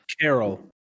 Carol